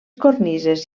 cornises